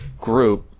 group